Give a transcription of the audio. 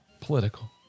political